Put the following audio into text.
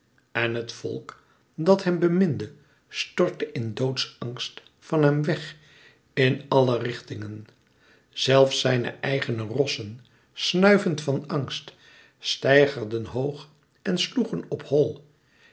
en het volk dat hem beminde stortte in doodsangst van hem weg in alle richtingen zelfs zijne eigene rossen snuivend van angst steigerden hoog en sloegen op hol